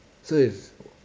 so it's